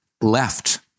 left